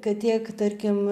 kad tiek tarkim